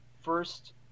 first